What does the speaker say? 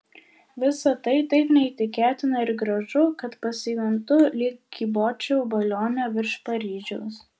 visa tai taip neįtikėtina ir gražu kad pasijuntu lyg kybočiau balione virš paryžiaus